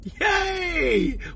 Yay